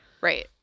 Right